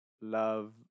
love